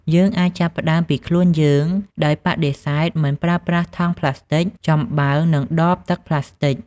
យើងអាចចាប់ផ្តើមពីខ្លួនយើង ដោយបដិសេធមិនប្រើប្រាស់ថង់ប្លាស្ទិក ចំបើង និងដបទឹកប្លាស្ទិក។